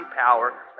power